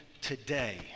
today